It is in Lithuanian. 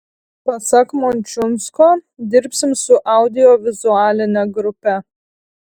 pasak mončiunsko dirbsim su audiovizualine grupe